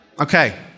Okay